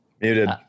Muted